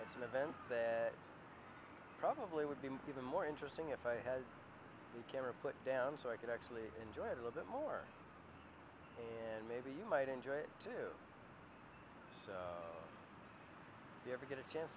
it's an event that probably would be even more interesting if i had a camera put down so i could actually enjoy it a little more and maybe you might enjoy it do you ever get a chance